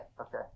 Okay